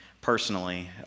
personally